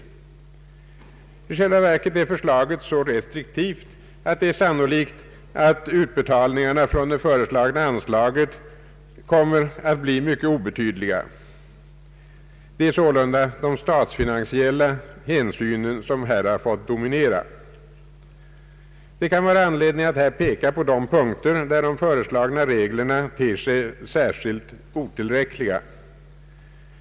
I själva verket är förslaget så restriktivt att det är sannolikt att utbetalningarna från det föreslagna anslaget kommer att bli mycket obetydliga. Det är sålunda de statsfinansiella hänsynen som här har fått dominera. Det kan vara anledning att här peka på de punkter där de föreslagna reglerna ter sig särskilt otillräckliga.